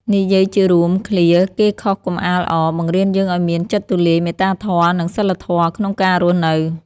និយាយជារួម ឃ្លា "គេខុសកុំអាលអរ" បង្រៀនយើងឱ្យមាន ចិត្តទូលាយ មេត្តាធម៌ និង សីលធម៌ ក្នុងការរស់នៅ។